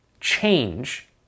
change